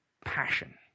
passion